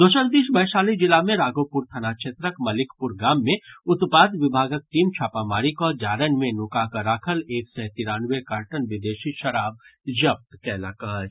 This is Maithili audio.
दोसर दिस वैशाली जिला मे राघोपुर थाना क्षेत्रक मलिकपुर गाम मे उत्पाद विभागक टीम छापामारी कऽ जारनि मे नुका कऽ राखल एक सय तिरानवे कार्टन विदेशी शराब जब्त कयलक अछि